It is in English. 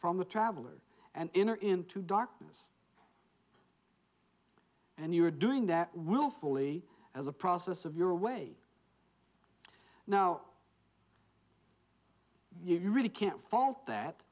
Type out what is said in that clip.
from a traveler and enter into darkness and you are doing that willfully as a process of your way now you really can't fault that